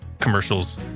commercials